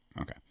okay